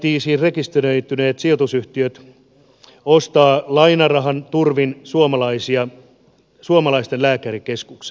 veroparatiisiin rekisteröityneet sijoitusyhtiöt ostavat lainarahan turvin suomalaisen lääkärikeskuksen